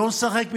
לא נשחק מפלגות.